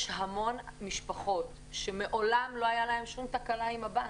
יש המון משפחות שמעולם לא הייתה להן שום תקלה עם הבנק,